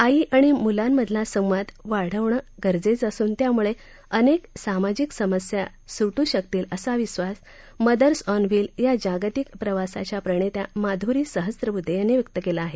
आई आणि मुलांमधला संवाद वाढवणं गरजेचं असून त्यामुळे अनेक सामाजिक समस्या सुटू शकतील असा विक्वास मदर्स ऑन व्हिल या जागतिक प्रवासाच्या प्रणेत्या माधुरी सहस्त्रबुध्दे यांनी व्यक्त केला आहे